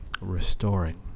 restoring